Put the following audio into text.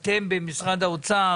ישיבת ועדת הכספים.